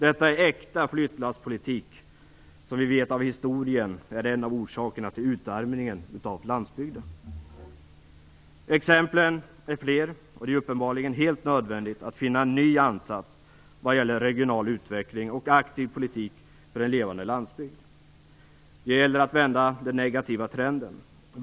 Detta är äkta flyttlasspolitik, som vi från historien vet är en av orsakerna till utarmningen av landsbygden. Exemplen är fler, och det är uppenbarligen helt nödvändigt att finna en ny ansats när det gäller regional utveckling och en aktiv politik för en levande landsbygd. Det gäller att vända den negativa trenden.